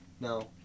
no